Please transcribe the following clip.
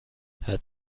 hat